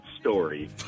story